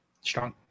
Strong